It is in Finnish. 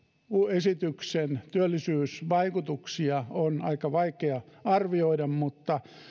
esityksen työllisyysvaikutuksia on aika vaikea arvioida mutta